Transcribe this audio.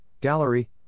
gallery